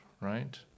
right